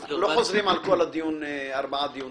אנחנו לא חוזרים על כל ארבעת הדיונים.